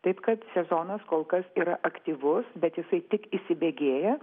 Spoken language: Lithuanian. taip kad sezonas kol kas yra aktyvus bet jisai tik įsibėgėja